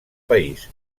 país